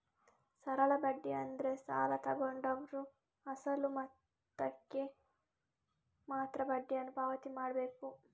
ಸರಳ ಬಡ್ಡಿ ಅಂದ್ರೆ ಸಾಲ ತಗೊಂಡವ್ರು ಅಸಲು ಮೊತ್ತಕ್ಕೆ ಮಾತ್ರ ಬಡ್ಡಿಯನ್ನು ಪಾವತಿ ಮಾಡ್ಬೇಕು